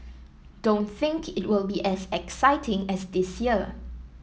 don't think it will be as exciting as this year